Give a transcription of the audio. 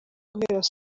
guhera